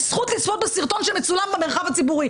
יש זכות לצפות בסרטון שצולם במרחב הציבורי.